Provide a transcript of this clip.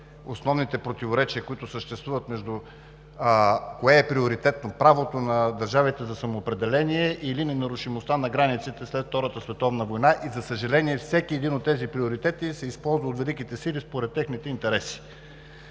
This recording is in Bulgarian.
основните противоречия, които съществуват за това кое е приоритетно – правото на държавите за самоопределение или ненарушимостта на границите след Втората световна война. За съжаление, всеки един от тези приоритети се използва от великите сили според техните интереси.